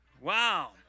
Wow